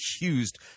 accused